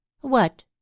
What